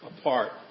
apart